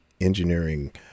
engineering